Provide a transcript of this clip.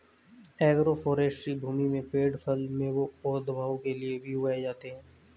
agroforestry भूमि में पेड़ फल, मेवों और दवाओं के लिए भी उगाए जाते है